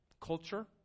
culture